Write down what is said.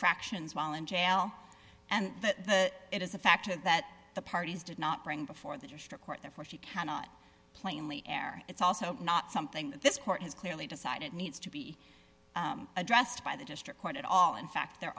infractions while in jail and that it is a fact that the parties did not bring before the district court therefore she cannot plainly err it's also not something that this court has clearly decided needs to be addressed by the district court at all in fact there